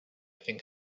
think